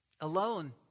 alone